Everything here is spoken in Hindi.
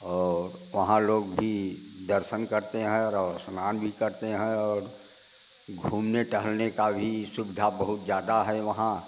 और वहाँ लोग भी दर्शन करते हैं और स्नान भी करते हैं और घूमने टहलने के भी सुविधा बहुत ज़्यादा है वहाँ